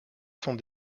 sont